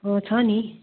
हो छ नि